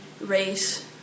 race